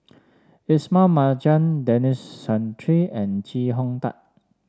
Ismail Marjan Denis Santry and Chee Hong Tat